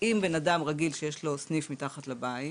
אם בן אדם רגיל שיש לו סניף מתחת לבית